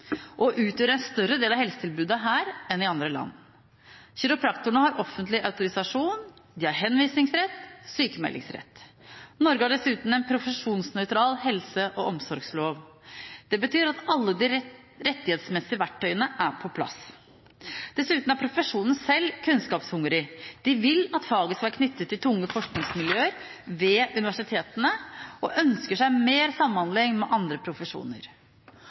en større del av helsetilbudet her enn i andre land. Kiropraktorene har offentlig autorisasjon, de har henvisningsrett og sykemeldingsrett. Norge har dessuten en profesjonsnøytral helse- og omsorgslov. Det betyr at alle de rettighetsmessige verktøyene er på plass. Dessuten er profesjonen selv kunnskapshungrig. De vil at faget skal være knyttet til tunge forskningsmiljøer ved universitetene, og ønsker seg mer samhandling med andre profesjoner.